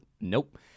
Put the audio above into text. nope